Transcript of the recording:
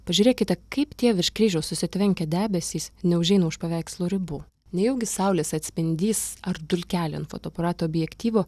pažiūrėkite kaip tie virš kryžiaus susitvenkę debesys neužeina už paveikslo ribų nejaugi saulės atspindys ar dulkelė ant fotoaparato objektyvo